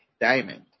Diamond